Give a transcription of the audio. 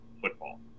football